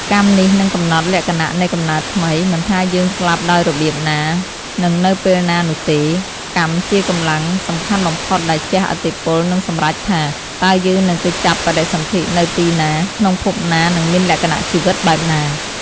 កម្មនេះនឹងកំណត់លក្ខណៈនៃកំណើតថ្មី មិនថាយើងស្លាប់ដោយរបៀបណា និងនៅពេលណានោះទេ កម្មជាកម្លាំងសំខាន់បំផុតដែលជះឥទ្ធិពល និងសម្រេចថា តើយើងនឹងទៅចាប់បដិសន្ធិនៅទីណា ក្នុងភពណានិងមានលក្ខណៈជីវិតបែបណា។